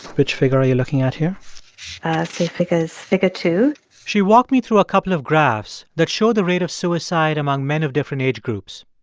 which figure are you looking at here? say figures figure two she walked me through a couple of graphs that show the rate of suicide among men of different age groups.